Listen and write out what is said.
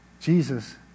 Jesus